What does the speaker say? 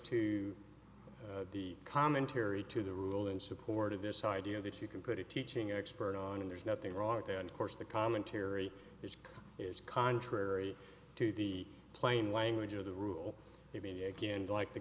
to the commentary to the rule in support of this idea that you can put a teaching expert on and there's nothing wrong with that and of course the commentary is is contrary to the plain language of the rule even kinda like the